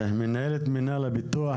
מנהלת מינהל הפיתוח,